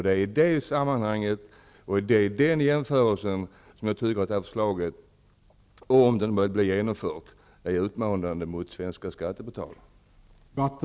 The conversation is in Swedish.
Det är i det sammanhanget och det är med tanke på den jämförelsen som jag tycker att det här förslaget, om det blir genomfört, är utmanande mot de svenska skattebetalarna.